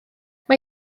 mae